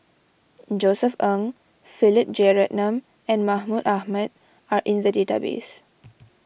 Josef Ng Philip Jeyaretnam and Mahmud Ahmad are in the database